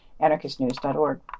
anarchistnews.org